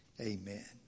Amen